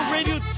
Radio